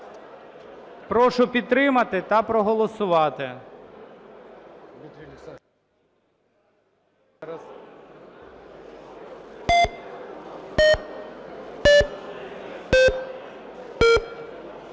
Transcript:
Прошу підтримати та проголосувати.